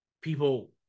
people